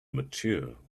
mature